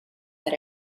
that